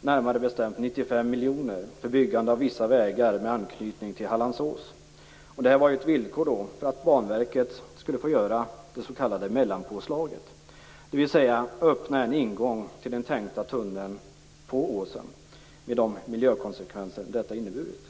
närmare bestämt 95 miljoner, för byggande av vissa vägar med anknytning till Hallands ås. Det var ett villkor för att Banverket skulle få göra det s.k. mellanpåslaget, dvs. öppna en ingång till den tänkta tunneln i åsen med de miljökonsekvenser detta inneburit.